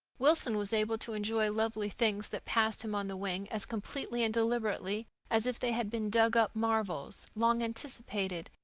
wilson was able to enjoy lovely things that passed him on the wing as completely and deliberately as if they had been dug-up marvels, long anticipated,